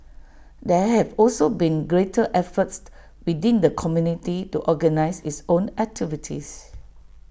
there have also been greater efforts within the community to organise its own activities